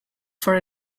for